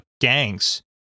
gangs